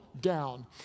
down